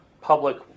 public